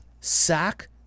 sack